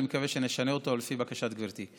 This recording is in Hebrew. ואני מקווה שנשנה אותו לפי בקשת גברתי.